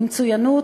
למצוינות,